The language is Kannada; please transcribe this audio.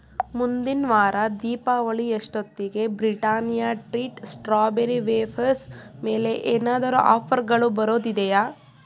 ಮುಂದಿನ ವಾರ ದೀಪಾವಳಿಯಷ್ಟೊತ್ತಿಗೆ ಬ್ರಿಟಾನಿಯಾ ಟ್ರೀಟ್ ಸ್ಟ್ರಾಬೆರಿ ವೇಫರ್ಸ್ ಮೇಲೆ ಏನಾದರೂ ಆಫರ್ಗಳು ಬರೋದಿದೆಯಾ